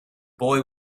boy